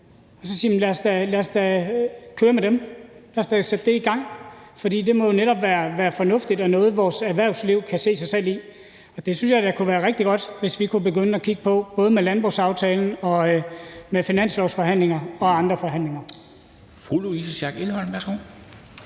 og så sige: Jamen lad os da køre med dem; lad os da sætte det i gang. For det må jo netop være fornuftigt og noget, vores erhvervsliv kan se sig selv i. Det synes jeg da kunne være rigtig godt, altså hvis vi både med finanslovsaftalen og finanslovsforhandlinger og andre forhandlinger kunne begynde at kigge på det.